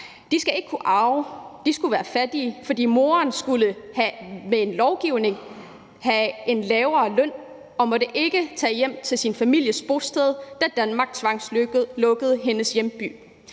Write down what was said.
De skulle ikke kunne arve. De skulle være fattige, for moren skulle med lovgivningen have en lavere løn og måtte ikke tage hjem til sin families bosted, da Danmark tvangslukkede hendes hjemby.